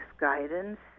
guidance